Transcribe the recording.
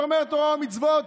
שומר תורה ומצוות,